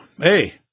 hey